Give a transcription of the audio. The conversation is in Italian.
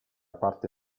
parte